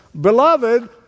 Beloved